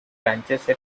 branches